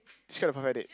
describe the perfect date